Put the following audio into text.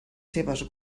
seves